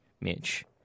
Mitch